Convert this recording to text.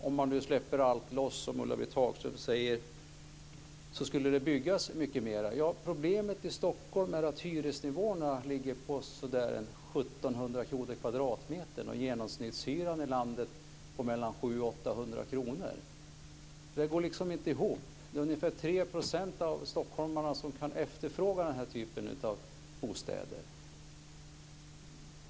Om man nu släpper loss allt, säger Ulla-Britt Hagström, skulle det byggas mycket mer. Ja, men problemet i Stockholm är att hyresnivåerna ligger på runt 1 700 kr per kvadratmeter. Genomsnittshyran i landet ligger på 700-800 kr. Det går liksom inte ihop. Ungefär 3 % av stockholmarna kan efterfråga den här typen av bostäder.